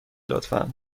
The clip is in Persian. لطفا